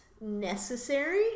necessary